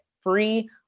free